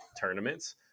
tournaments